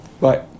bye